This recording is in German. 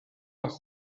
nach